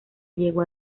llegó